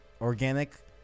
organic